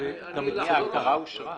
אדוני, ההגדרה אושרה.